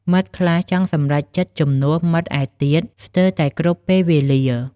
មិត្តខ្លះចង់សម្រេចចិត្តជំនួសមិត្តឯទៀតស្ទើរតែគ្រប់ពេលវេលា។